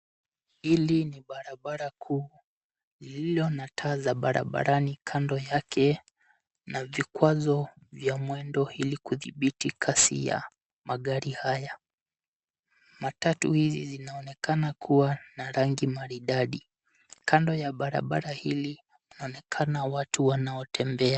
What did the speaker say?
Hilii barabara kuu lililo na taa za barabarani kando yake na vikwazo vya mwendo ili kudhibiti kasi ya magari haya. Matatu hizi zinaonekana kuwa na rangi maridadi. Kando ya barabara hili mnaonekana watu wanaotembea.